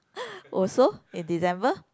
also in December